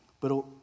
pero